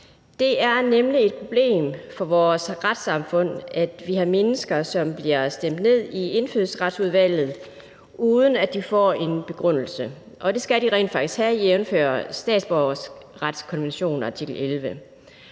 det er nemlig et problem for vores retssamfund, at vi har mennesker, som bliver stemt ned i Indfødsretsudvalget, uden at de får en begrundelse. Og det skal de rent faktisk have jævnfør statsborgerretskonventionens artikel 11.